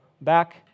back